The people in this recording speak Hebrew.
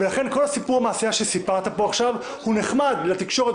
לכן כל סיפור המעשייה שסיפרת פה עכשיו הוא נחמד לתקשורת